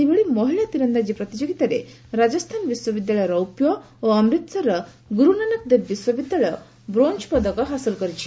ସେହିଭଳି ମହିଳା ତୀରନ୍ଦାଜି ପ୍ରତିଯୋଗୀତାରେ ରାଜସ୍ଥାନ ବିଶ୍ୱବିଦ୍ୟାଳୟ ରୌପ୍ୟ ଓ ଅମ୍ରିତସରର ଗୁରୁନାନକ ଦେବ ବିଶ୍ୱବିଦ୍ୟାଳୟ ବ୍ରୋଞ୍ଜ ପଦକ ହାସଲ କରିଛି